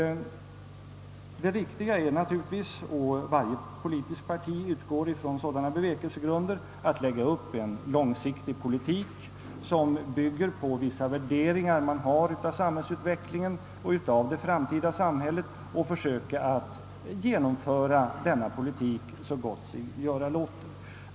Det viktiga är naturligtvis — varje politiskt parti utgår från sådana bevekelsegrunder — att lägga upp en långsiktig politik, som bygger på vissa värderingar som man har av samhällsutvecklingen och av det framtida samhället, och försöka att genomföra denna politik så gott sig göra låter.